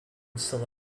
still